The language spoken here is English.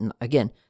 Again